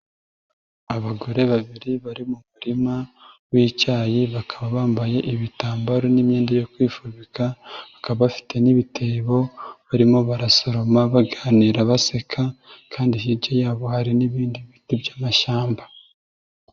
Abagore babiri bari mu murima w'icyayi bakaba bambaye ibitambaro n'imyenda yo kwifubika bakaba bafite n'ibitebo barimo barasoroma baganira baseka kandi hirya yabo hari n'ibindi biti by'amashyamba.